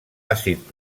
àcid